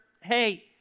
hey